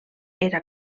era